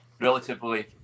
relatively